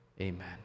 Amen